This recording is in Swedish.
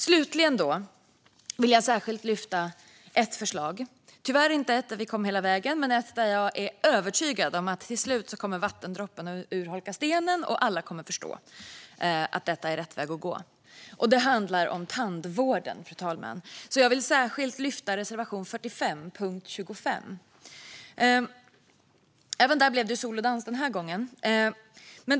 Slutligen vill jag särskilt lyfta fram ett förslag där vi tyvärr inte kom hela vägen. Men jag är övertygad om att vattendropparna till slut kommer att urholka stenen och att alla kommer att förstå att detta är rätt väg att gå. Det handlar om tandvården, fru talman. Jag vill särskilt lyfta fram reservation 45 under punkt 25. Även där blev det solodans den här gången.